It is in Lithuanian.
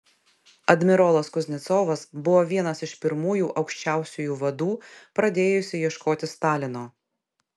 admirolas kuznecovas buvo vienas iš pirmųjų aukščiausiųjų vadų pradėjusių ieškoti stalino